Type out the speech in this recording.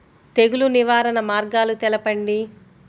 తెగులు నివారణ మార్గాలు తెలపండి?